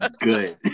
good